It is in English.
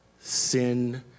sin